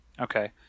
Okay